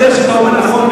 זה רע.